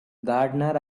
gardener